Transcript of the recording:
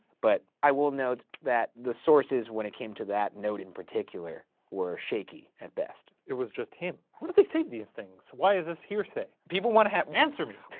but i will note that the sources when it came to that note in particular were shaky, at best. it was just him, how do they save these things? why is this hearsay? people wanna have answer me!